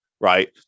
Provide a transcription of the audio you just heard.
right